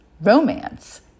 romance